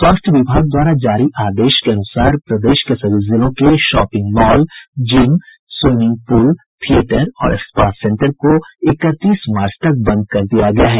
स्वास्थ्य विभाग द्वारा जारी आदेश के अनुसार प्रदेश के सभी जिलों के shopping mall gym swimming pool theatre और स्पा सेंटर को इकतीस मार्च तक बंद कर दिया गया है